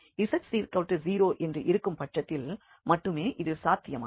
z0 என்று இருக்கும் பட்சத்தில் மட்டுமே இது சாத்தியமாகும்